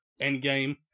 Endgame